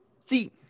See